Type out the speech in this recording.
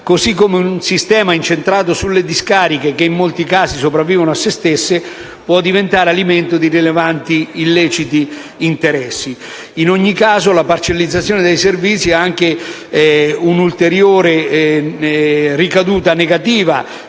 così come un sistema incentrato sulle discariche, che in molti casi sopravvivono a se stesse, può diventare alimento di rilevanti interessi illeciti. In ogni caso, la parcellizzazione dei servizi ha anche un'ulteriore ricaduta negativa,